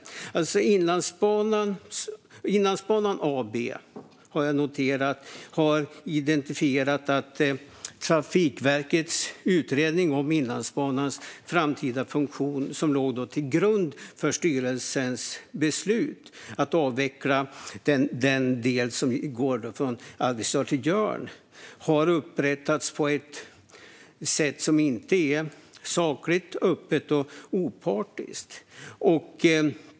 Jag har noterat att Inlandsbanan AB har identifierat att Trafikverkets utredning om Inlandsbanans framtida funktion, som låg till grund för styrelsens beslut att avveckla den del som går från Arvidsjaur till Jörn, har upprättats på ett sätt som inte är sakligt, öppet eller opartiskt.